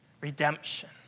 redemption